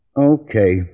Okay